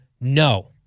no